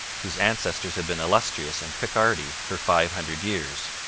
whose ancestors had been illustrious in picardy for five hundred years.